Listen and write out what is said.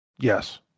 Yes